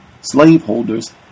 slaveholders